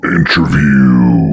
Interview